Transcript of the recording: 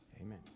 Amen